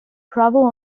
bravo